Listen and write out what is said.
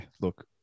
look